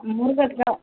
முருங்கக்காய்